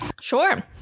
Sure